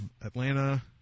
Atlanta